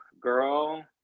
girl